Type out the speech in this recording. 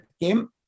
came